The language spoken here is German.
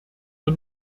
wir